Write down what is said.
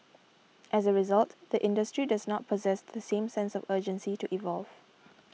as a result the industry does not possess the same sense of urgency to evolve